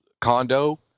condo